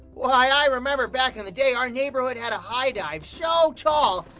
why, i remember back in the day, our neighborhood had a high-dive so tall,